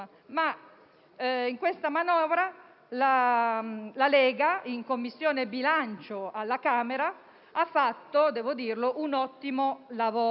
riconoscere che la Lega, in Commissione bilancio alla Camera, ha fatto un ottimo lavoro.